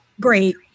Great